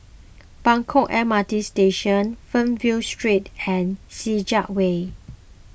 Buangkok M R T Station Fernvale Street and Senja Way